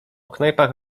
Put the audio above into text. knajpach